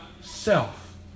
self